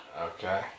Okay